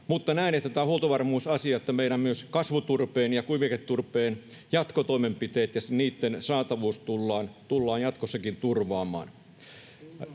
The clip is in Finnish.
mutta näen, että on huoltovarmuusasia, että meillä myös kasvuturpeen ja kuiviketurpeen jatkotoimenpiteet ja niitten saatavuus tullaan jatkossakin turvaamaan.